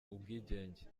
ubwigenge